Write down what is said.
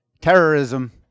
terrorism